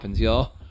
y'all